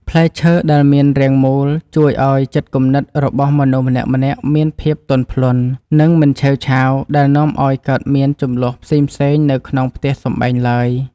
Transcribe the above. ផ្លែឈើដែលមានរាងមូលជួយឱ្យចិត្តគំនិតរបស់មនុស្សម្នាក់ៗមានភាពទន់ភ្លន់ និង មិនឆេវឆាវដែលនាំឱ្យកើតមានជម្លោះផ្សេងៗនៅក្នុងផ្ទះសម្បែងឡើយ។